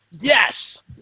Yes